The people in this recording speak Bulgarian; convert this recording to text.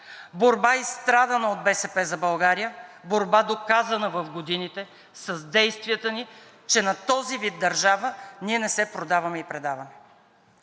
борба, изстрадана от „БСП за България“, борба, доказана в годините с действията ни, че на този вид държава ние не се продаваме и предаваме.